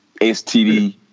STD